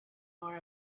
nor